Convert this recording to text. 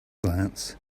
glance